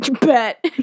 Bet